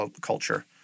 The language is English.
culture